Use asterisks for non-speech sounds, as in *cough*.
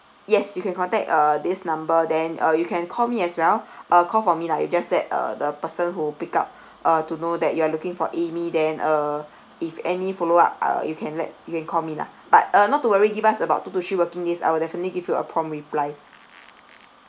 yes you can contact uh this number then or you can call me as well *breath* uh call for me lah you just that uh the person who pick up *breath* uh to know that you are looking for amy then uh if any follow up uh you can let you can call me lah but uh not to worry give us about two to three working days I will definitely give you a prompt reply